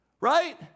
Right